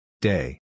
day